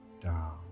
down